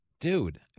Dude